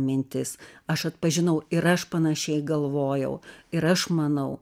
mintis aš atpažinau ir aš panašiai galvojau ir aš manau